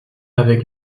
avec